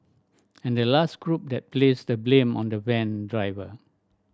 and the last group that placed the blame on the van driver